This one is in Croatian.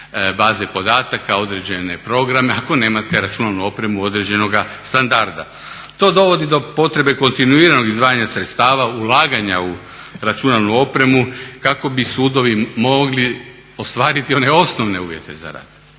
baze podataka, određene programe ako nemate računalnu opremu određenoga standarda. To dovodi do potrebe kontinuirano izdvajanja sredstava ulaganja u računalnu opremu kako bi sudovi mogli ostvariti one osnovne uvjete za rad.